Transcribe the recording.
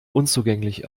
unzugänglich